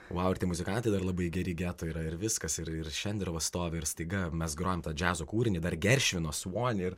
vau ir tie muzikantai yra labai geri geto yra ir viskas ir ir šenderovas stovi ir staiga mes grojam tą džiazo kūrinį dar geršvinos vonį ir